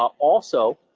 also,